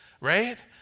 right